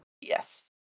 Yes